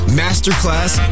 masterclass